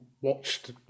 watched